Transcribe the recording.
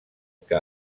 que